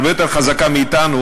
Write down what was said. הרבה יותר חזקה מאתנו,